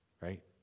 Right